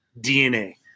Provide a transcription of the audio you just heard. DNA